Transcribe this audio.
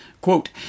Quote